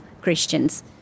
Christians